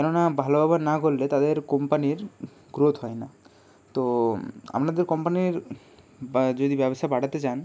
কেননা ভালো ব্যবহার না করলে তাদের কোম্পানির গ্রোথ হয় না তো আপনাদের কোম্পানির বা যদি ব্যবসা বাড়াতে যান